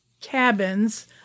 cabins